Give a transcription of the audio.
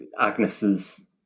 Agnes's